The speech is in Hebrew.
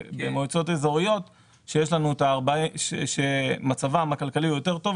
במועצות האזוריות שמצבם הכלכלי הוא יותר טוב,